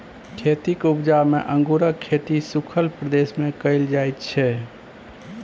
खेतीक उपजा मे अंगुरक खेती सुखल प्रदेश मे कएल जाइ छै